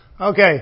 Okay